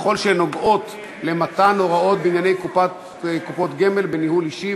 ככל שהן נוגעות למתן הוראות בענייני קופות גמל בניהול אישי,